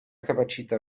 capacità